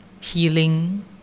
healing